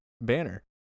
banner